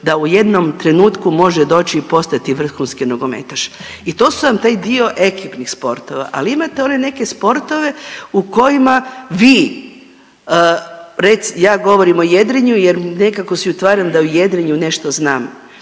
da u jednom trenutku može doći i postati vrhunski nogometaš. I to su vam taj dio ekipnih sportova, ali imate one neke sportove u kojima vi, ja govorim o jedrenju jer nekako si utvaram da o jedrenju nešto znam.